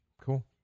cool